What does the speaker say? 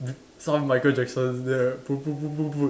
d~ some Michael Jackson then